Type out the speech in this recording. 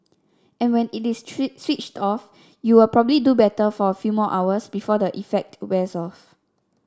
and when it is switched off you'll probably do better for a few more hours before the effect wears off